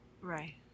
Right